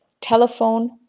telephone